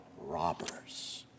robbers